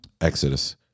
Exodus